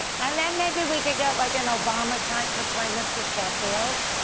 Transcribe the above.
and then maybe we could get like an obama type to play mr. sheffield.